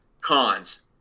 Cons